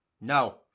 No